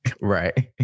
Right